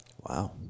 Wow